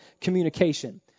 communication